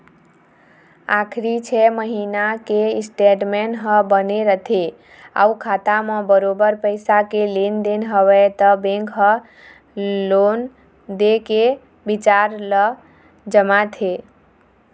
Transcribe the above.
आखरी छै महिना के स्टेटमेंट ह बने रथे अउ खाता म बरोबर पइसा के लेन देन हवय त बेंक ह लोन दे के बिचार ल जमाथे